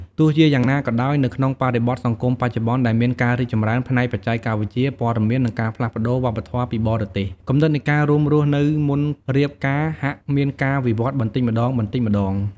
ទោះជាយ៉ាងណាក៏ដោយ នៅក្នុងបរិបទសង្គមបច្ចុប្បន្នដែលមានការរីកចម្រើនផ្នែកបច្ចេកវិទ្យា ព័ត៌មាន និងការផ្លាស់ប្តូរវប្បធម៌ពីបរទេស គំនិតនៃការរួមរស់នៅមុនរៀបការហាក់មានការវិវត្តបន្តិចម្ដងៗ។